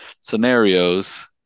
scenarios